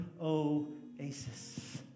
oasis